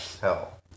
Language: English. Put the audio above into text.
Hell